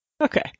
Okay